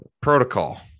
protocol